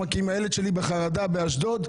אם הילד שלי בחרדה באשדוד,